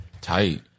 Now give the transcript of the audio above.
Tight